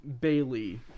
Bailey